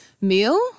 meal